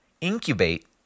incubate